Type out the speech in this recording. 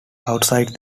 outside